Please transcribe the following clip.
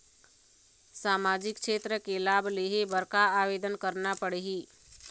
सामाजिक क्षेत्र के लाभ लेहे बर का आवेदन करना पड़ही?